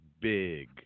big